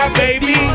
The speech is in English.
baby